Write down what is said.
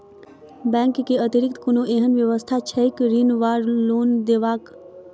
Bank केँ अतिरिक्त कोनो एहन व्यवस्था छैक ऋण वा लोनदेवाक?